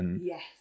Yes